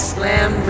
Slam